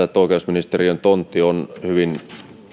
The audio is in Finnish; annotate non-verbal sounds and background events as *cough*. *unintelligible* että oikeusministeriön tontti on hyvin